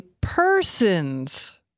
persons